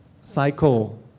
cycle